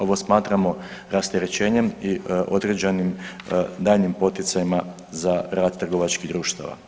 Ovo smatramo rasterećenjem i određenim daljnjim poticajima za rad trgovačkih društava.